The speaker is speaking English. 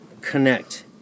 connect